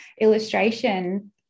illustration